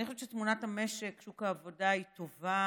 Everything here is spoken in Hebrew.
אני חושבת שתמונת המשק, שוק העבודה, היא טובה,